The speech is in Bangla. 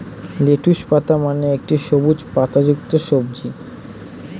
লেটুস পাতা মানে একটি সবুজ পাতাযুক্ত সবজি